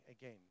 again